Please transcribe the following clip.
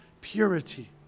purity